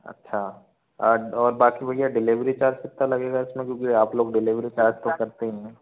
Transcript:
अच्छा आज और बाकी भैया डिलिवरी चार्ज कितना लगेगा इसमें क्योंकि आप लोग डिलिवरी चार्ज तो करते ही हैं ना